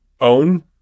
own